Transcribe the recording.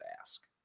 ask